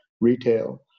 retail